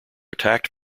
attacked